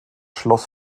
schloss